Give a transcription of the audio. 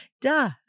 Duh